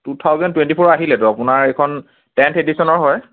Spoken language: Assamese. টু থাউজেণ্ড টুৱেণ্টি ফ'ৰ আহিলেতো আপোনাৰ এইখন টেনথ্ এডিশ্যনৰ হয়